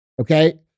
Okay